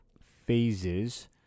phases